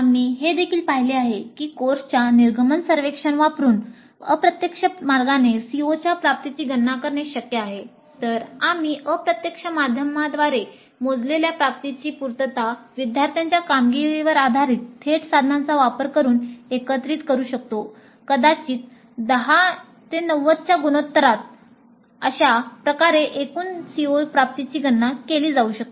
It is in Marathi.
आम्ही हे देखील पाहिले आहे की कोर्सच्या निर्गमन सर्वेक्षण वापरून अप्रत्यक्ष मार्गाने COच्या प्राप्तीची गणना करणे शक्य आहे तर आम्ही अप्रत्यक्ष माध्यमांद्वारे मोजलेल्या प्राप्तीची पूर्तता विद्यार्थ्यांच्या कामगिरीवर आधारित थेट साधनांचा वापर करून एकत्रित करू शकतो कदाचित 1090 च्या गुणोत्तरात आणि अशा प्रकारे एकूण CO प्राप्तीची गणना केली जाऊ शकते